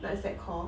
what is that call